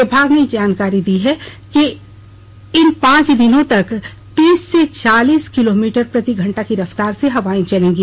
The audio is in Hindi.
विभाग से जानकारी मिली है कि इन पांच दिनों तक तीस से चालीस किलोमीटर प्रति घंटा की रफ्तार से हवाए चलेंगी